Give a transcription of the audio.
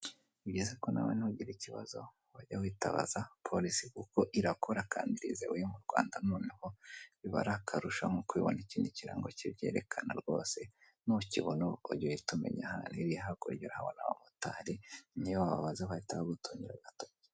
Ni byiza ko nawe ntugira ikibazo wajye witabaza polisi kuko irakora kandi irizewe iyo mu Rwanda noneho biba ari akarusho nkuko ubibona, ikindi ikirango kibyerekana rwose ntukibona ujye uhita umenya ahantu iri, hakurya urahabona abamotari niyo wababaza bahita bagutungira agatoki.